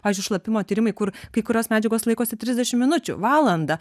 pavyzdžiui šlapimo tyrimai kur kai kurios medžiagos laikosi trisdešimt minučių valandą